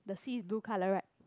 the sea is blue color right